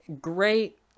Great